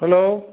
hello